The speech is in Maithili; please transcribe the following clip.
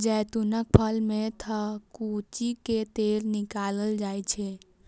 जैतूनक फल कें थकुचि कें तेल निकालल जाइ छै